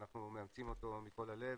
שאנחנו מאמצים אותו מכל הלב,